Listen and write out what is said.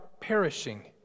perishing